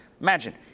Imagine